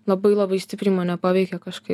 labai labai stipriai mane paveikė kažkaip